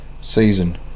season